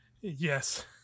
yes